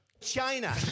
China